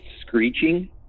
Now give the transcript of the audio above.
screeching